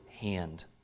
hand